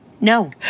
No